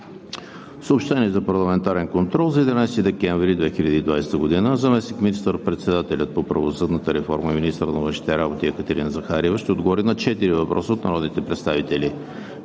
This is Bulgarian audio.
Съобщения за парламентарен контрол за 11 декември 2020 г.: 1. Заместник министър-председателят по правосъдната реформа и министър на външните работи Екатерина Захариева ще отговори на 4 въпроса от народните представители